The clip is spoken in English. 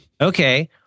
Okay